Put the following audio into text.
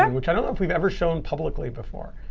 um which i don't know if we've ever shown publicly before.